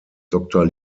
doctor